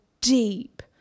deep